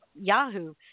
yahoo